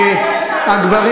מיקי לוי,